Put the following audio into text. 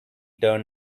turned